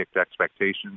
expectations